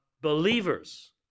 believers